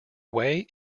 way